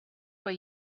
why